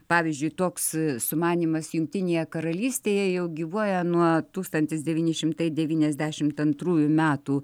pavyzdžiui toks sumanymas jungtinėje karalystėje jau gyvuoja nuo tūkstantis devyni šimtai devyniasdešimt antrųjų metų